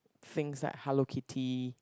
things like Hello Kitty